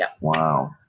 Wow